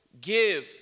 give